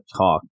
talk